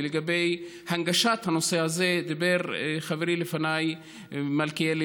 ועל הנגשת הנושא הזה דיבר לפניי חברי מלכיאלי